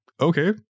okay